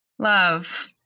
Love